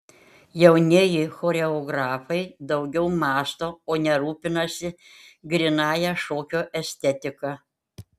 jaunieji choreografai daugiau mąsto o ne rūpinasi grynąja šokio estetika